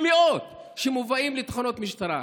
ומאות, שמובאים לתחנות המשטרה.